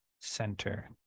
center